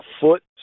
foot